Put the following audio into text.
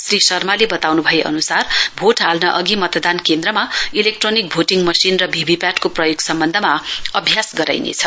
श्री शर्माले बताउन् भए अन्सार भोट हाल्न अघि मतदान केन्द्रमा इलेक्ट्रोनिक भोटिङ मशि र भीभीपीएटी को प्रयोग सम्बन्धमा अभ्यास गराइनेछ